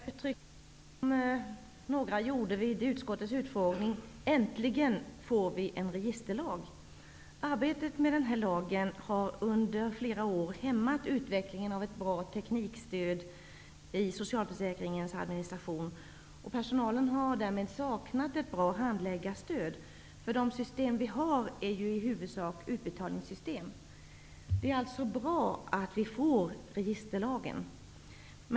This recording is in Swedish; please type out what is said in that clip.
Herr talman! Jag vill uttrycka mig som några gjorde vid utskottets utfrågning: Äntligen får vi en registerlag. Arbetet med denna lag har under flera år hämmat utvecklingen av ett bra teknikstöd i socialförsäkringens administration. Personalen har därmed saknat ett bra handläggarstöd, för de system som vi har är i huvudsak utbetalningssystem. Det är alltså bra att vi nu får en registerlag.